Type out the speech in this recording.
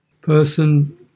Person